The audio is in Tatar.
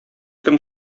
кем